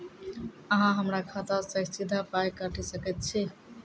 अहॉ हमरा खाता सअ सीधा पाय काटि सकैत छी?